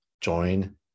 Join